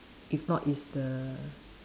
if not is the